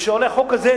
כשעולה חוק כזה,